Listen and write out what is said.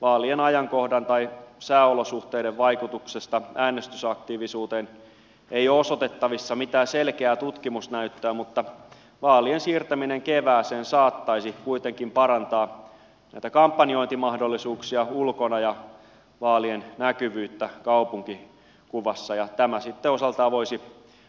vaalien ajankohdan tai sääolosuhteiden vaikutuksesta äänestysaktiivisuuteen ei oo osoitettavissa mitään selkeää tutkimusnäyttöä mutta vaalien siirtäminen kevääseen saattaisi kuitenkin parantaa jota kampanjointimahdollisuuksia ulkona ja vaalien afganistanin auttamis ja tämä sitte osalta voisi